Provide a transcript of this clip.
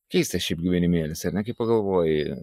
keistas šiaip gyvenimėlis ir ne kai pagalvoji